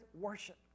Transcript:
worship